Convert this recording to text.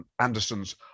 Anderson's